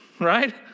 right